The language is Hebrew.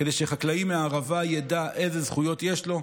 כדי שחקלאי מהערבה ידע איזה זכויות יש לו,